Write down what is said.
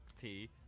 Tea